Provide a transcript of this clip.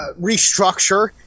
restructure